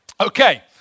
Okay